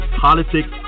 politics